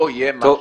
יהיה מה שיהיה.